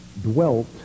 dwelt